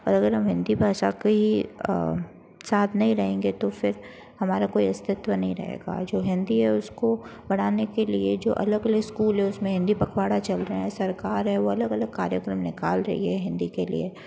और अगर हम हिंदी भाषा के ही साथ नहीं रहेंगे तो फिर हमारा कोई अस्तित्व नहीं रहेगा जो हिंदी है उसको बढ़ाने के लिए जो अलग अलग स्कूल है उसमें हिंदी पखवाड़ा चल रहे हैं सरकार है वह अलग अलग कार्यक्रम निकाल रही है हिंदी के लिए